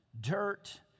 dirt